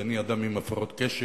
ואני אדם עם הפרעות קשב,